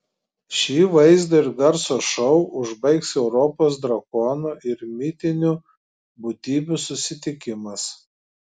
šį vaizdo ir garso šou užbaigs europos drakonų ir mitinių būtybių susitikimas